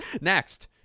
next